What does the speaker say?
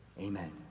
Amen